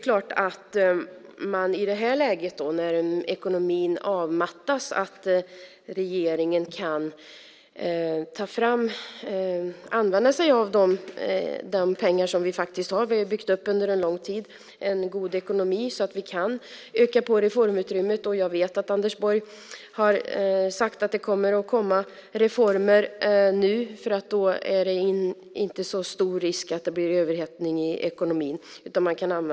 I det här läget, när ekonomin avmattas, kan regeringen använda sig av de pengar som faktiskt finns. Vi har under lång tid byggt upp en god ekonomi så att reformutrymmet kan ökas på. Jag vet att Anders Borg har sagt att det kommer att komma reformer, och då ska det inte bli så stor risk för överhettning i ekonomin.